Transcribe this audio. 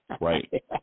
Right